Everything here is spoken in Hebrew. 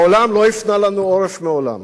העולם לא הפנה לנו עורף מעולם,